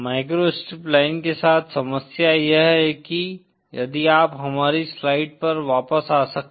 microstrip line के साथ समस्या यह है कि यदि आप हमारी स्लाइड पर वापस आ सकते हैं